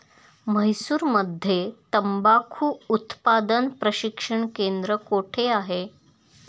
म्हैसूरमध्ये तंबाखू उत्पादन प्रशिक्षण केंद्र कोठे आहे?